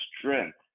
strength